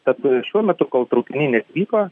tad šiuo metu kol traukiniai neatvyko